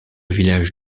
village